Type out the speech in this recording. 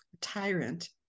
tyrant